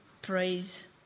Praise